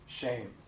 shame